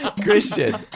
Christian